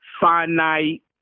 finite